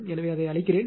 எனவே அதை அழிக்கிறேன்